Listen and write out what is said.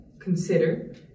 consider